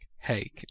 hey